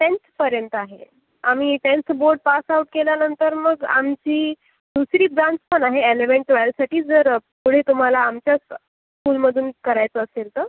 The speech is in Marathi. टेंथपर्यंत आहे आम्ही टेंथ बोर्ड पास आऊट केल्यानंतर मग आमची दुसरी ब्रांच पण आहे एलेवेन ट्वेलसाठी जर पुढे तुम्हाला आमच्याच स्कूलमधून करायचं असेल तर